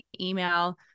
email